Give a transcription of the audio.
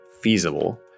feasible